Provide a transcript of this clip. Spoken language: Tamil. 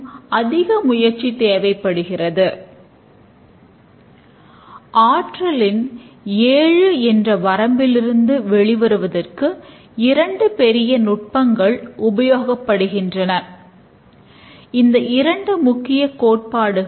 இது மிகவும் எளிமையான நுட்பம் என்று நாம் கூறுகிறோம்